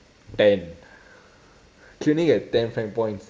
ten she only get ten frank points